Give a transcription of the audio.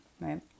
Right